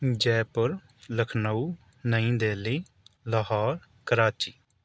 جے پور لکھنؤ نئی دلی لاہور کراچی